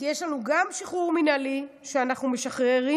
כי יש לנו גם שחרור מינהלי שאנחנו משחררים